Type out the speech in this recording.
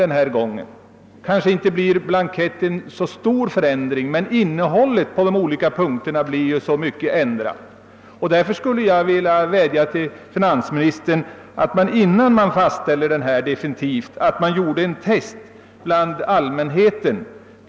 Det kanske inte blir så stor förändring av blanketten, men beträffande innehållet på de olika punkterna blir det ju ganska mycket ändringar. Jag vill därför vädja till finansministern att man innan blanketten slutgiltigt fastställs gör ett test bland allmänheten.